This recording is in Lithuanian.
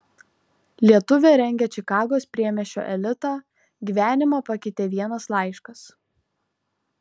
lietuvė rengia čikagos priemiesčio elitą gyvenimą pakeitė vienas laiškas